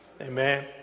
Amen